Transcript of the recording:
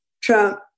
Trump